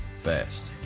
fast